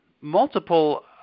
multiple